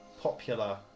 popular